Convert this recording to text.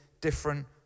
different